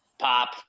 pop